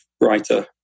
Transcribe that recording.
writer